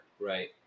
Right